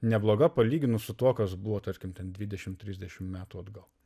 nebloga palyginus su tuo kas buvo tarkim ten dvidešim trisdešim metų atgal